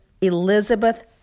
Elizabeth